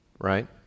right